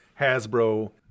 Hasbro